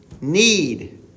need